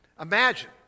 Imagine